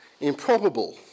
improbable